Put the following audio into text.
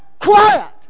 quiet